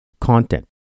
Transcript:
content